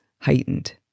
heightened